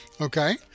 Okay